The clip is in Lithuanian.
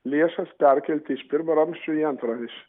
lėšas perkelti iš pirmo ramsčio į antrą iš